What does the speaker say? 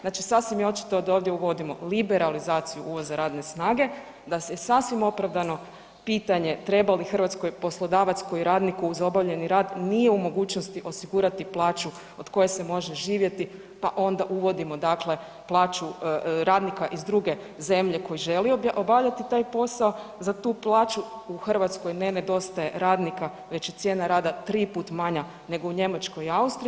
Znači sasvim je očito da ovdje uvodimo liberalizaciju uvoza radne snage, da se, sasvim opravdano pitanje, treba li Hrvatskoj poslodavac koji radniku uz obavljeni rad nije u mogućnosti osigurati plaću od koje se može živjeti, pa onda uvodimo dakle plaću radnika iz druge zemlje koji želi obavljati taj posao, za tu plaću u Hrvatskoj, ne nedostaje radnika već je cijena rada 3 puta manja nego u Njemačkoj i Austriji.